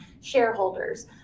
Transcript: shareholders